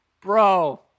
bro